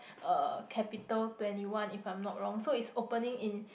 uh capital-twenty-one if I'm not wrong so it's opening in